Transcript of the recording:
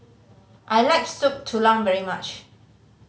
I like Soup Tulang very much